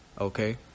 okay